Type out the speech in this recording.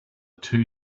two